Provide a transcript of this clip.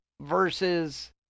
versus